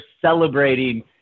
celebrating